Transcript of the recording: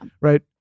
right